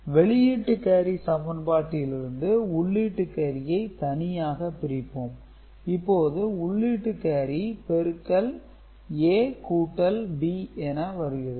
வெளியீட்டு கேரி சமன்பாட்டில் இருந்து உள்ளீட்டு கேரியை தனியாக பிரிப்போம் இப்போது உள்ளீட்டு கேரி பெருக்கல் A கூட்டல் B என வருகிறது